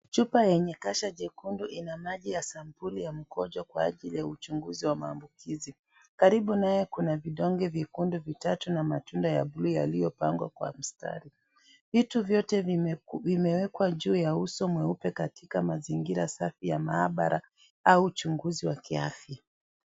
Chupa yenye kasha jekundu ina maji ya sampuli ya mkojo kwa ajili ya uchunguzi wa maambukizi. Karibu nayo kuna vidonge vyekundi vitatu na matunda ya bluu yaliyopangwa kwa mstari. Vitu vyote vimewekwa juu ya uso mweupe katika mazingira safi ya maabara au uchunguzi wa kiafya.